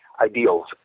ideals